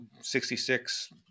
66